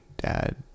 Dad